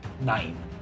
nine